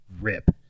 rip